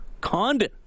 Condon